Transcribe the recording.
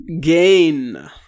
Gain